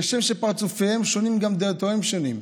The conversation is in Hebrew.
כשם שפרצופיהם שונים גם דעותיהם שונות.